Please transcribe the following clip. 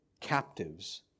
captives